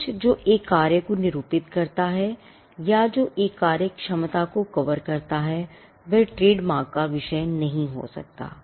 कुछ जो एक कार्य को निरूपित करता है या जो एक कार्यक्षमता को कवर करता है वह ट्रेडमार्क का विषय नहीं हो सकता है